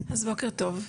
אז בוקר טוב,